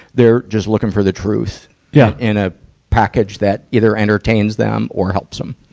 they're just looking for the truth yeah in a package that either entertains them or helps them.